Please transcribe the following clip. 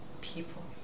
people